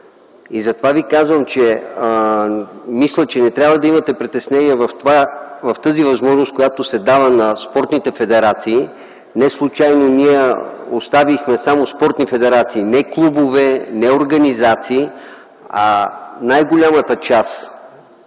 Затова Ви казвам, че не трябва да имате притеснения в тази възможност, която се дава на спортните федерации. Неслучайно ние оставихме само спортни федерации, не клубове, не организации, а най-голямата част